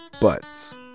buts